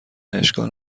اشکال